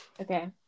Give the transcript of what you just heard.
okay